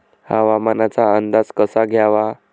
हवामानाचा अंदाज कसा घ्यावा?